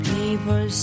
People